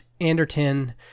Anderton